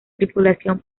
tripulación